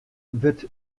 wurdt